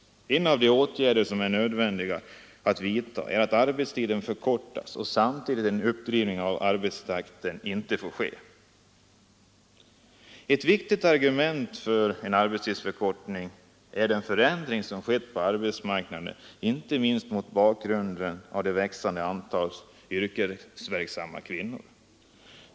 En av de åtgärder som det är nödvändigt att vidta är att arbetstiden förkortas utan en samtidig uppdrivning av arbetstakten. Ett viktigt argument för en arbetstidsförkortning är den förändring som skett på arbetsmarknaden, inte minst det växande antalet yrkesverksamma kvinnor.